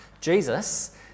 Jesus